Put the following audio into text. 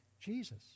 Jesus